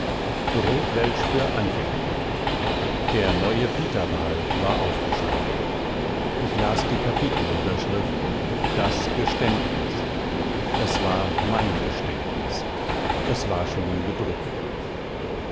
rotwelsch für anfänger der neue pitaval war aufgeschlagen ich las die kapitelüberschrift das geständnis es war mein geständnis es war schon gedruckt